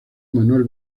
manuel